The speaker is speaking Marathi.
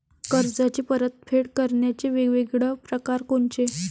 कर्जाची परतफेड करण्याचे वेगवेगळ परकार कोनचे?